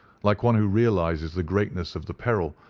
like one who realizes the greatness of the peril,